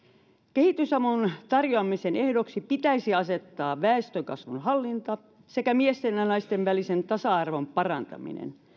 kehitysavun tarjoamisen ehdoksi pitäisi asettaa väestönkasvun hallinta sekä miesten ja naisten välisen tasa arvon parantaminen